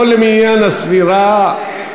לא למניין הספירה.